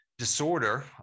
disorder